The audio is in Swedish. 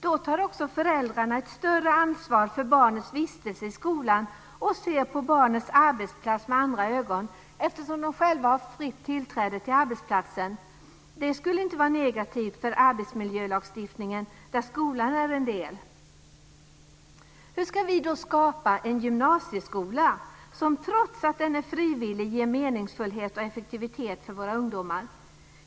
Då tar också föräldrarna ett större ansvar för barnets vistelse i skolan och ser på barnets arbetsplats med andra ögon, eftersom de själva har fritt tillträde till arbetsplatsen. Det skulle inte vara negativt för arbetsmiljölagstiftningen, där skolan är en del. Hur ska vi då skapa en gymnasieskola som trots att den är frivillig ger meningsfullhet och effektivitet för våra ungdomar?